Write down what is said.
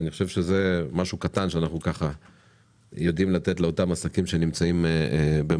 אני חושב שזה משהו קטן שאנחנו יודעים לתת לאותם עסקים שנמצאים במצוקה,